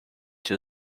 two